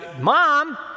mom